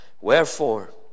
wherefore